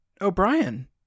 O'Brien